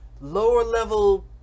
lower-level